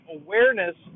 awareness